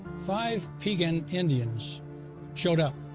five piegan indians showed up.